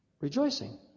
rejoicing